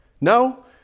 No